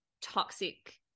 toxic